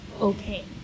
okay